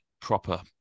proper